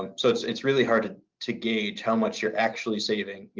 um so, it's it's really hard and to gauge how much you're actually saving. yeah